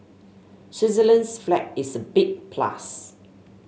Switzerland's flag is a big plus